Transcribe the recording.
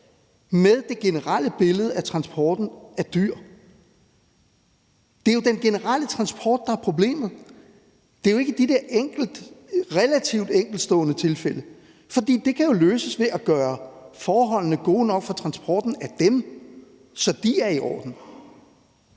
er det generelle billede af transporten af dyr – det er jo den generelle transport, der er problemet. Det er ikke de der relativt enkeltstående tilfælde, for det kan jo løses ved at gøre forholdene for transporten af dem gode nok, så de er i orden.